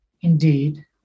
indeed